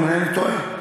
אם אינני טועה.